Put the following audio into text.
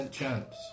chance